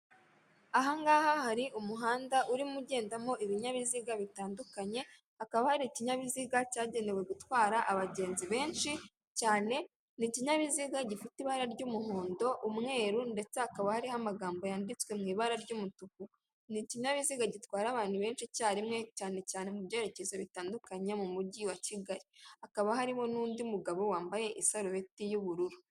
Ahangaha, hari umuhanda urimo ugendamo ibinyabiziga bitandukanye. Hakaba hari ikinyabiziga cyagenewe gutwara abagenzi benshi cyane, ni ikinyabiziga gifite ibara ry'umuhondo umweru, ndetse, hakaba hariho amagambo yanditswe mu ibara ry'umutuku. Ni ikinyabiziga gitwara abantu benshi icyarimwe cyane, cyane mu byerekezo bitandukanye mu mujyi wa Kigali. Hakaba harimo n'undi mugabo wambaye isarubeti y'ubururu.